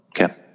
okay